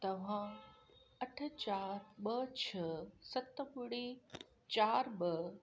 तव्हां अठ चारि ॿ छह सत ॿुड़ी चारि ॿ